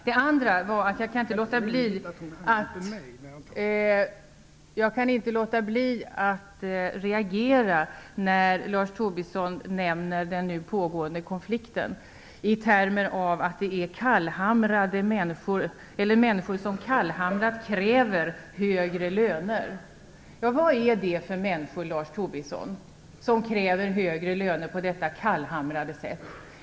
Det andra som jag vill ta upp är att jag inte kan låta bli att reagera när Lars Tobisson nämner den nu pågående konflikten i termer av att det är människor som kallhamrat kräver högre löner. Vad är det för människor, Lars Tobisson, som kräver högre löner på detta kallhamrade sätt?